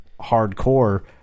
hardcore